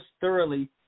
thoroughly